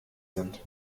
sind